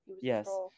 Yes